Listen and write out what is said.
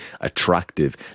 attractive